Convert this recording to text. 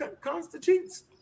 constitutes